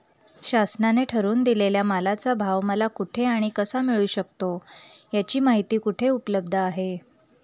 शासनाने ठरवून दिलेल्या मालाचा भाव मला कुठे आणि कसा मिळू शकतो? याची माहिती कुठे उपलब्ध आहे?